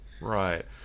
Right